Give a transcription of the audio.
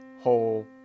whole